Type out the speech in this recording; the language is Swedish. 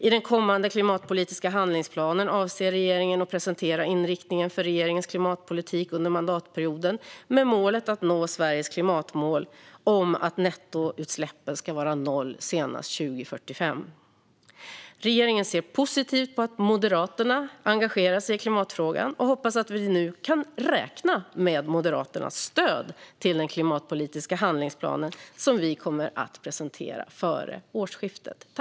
I den kommande klimatpolitiska handlingsplanen avser regeringen att presentera inriktningen för regeringens klimatpolitik under mandatperioden med målet att nå Sveriges klimatmål om att nettoutsläppen ska vara noll senast 2045. Regeringen ser positivt på att Moderaterna engagerar sig i klimatfrågan och hoppas att vi nu kan räkna med Moderaternas stöd för den klimatpolitiska handlingsplanen, som vi kommer att presentera före årsskiftet.